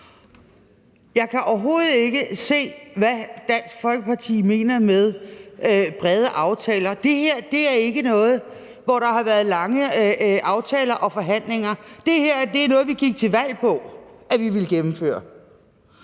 Jeg kan overhovedet ikke se, hvad Dansk Folkeparti mener med brede aftaler. Det her er ikke noget, hvor der har været aftaler med lange forhandlinger. Det her er noget, som vi gik til valg på at ville gennemføre.